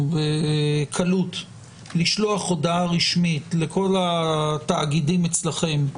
בקלות לשלוח הודעה רשמית לכל התאגידים אצלכם,